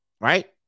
Right